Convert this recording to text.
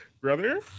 brother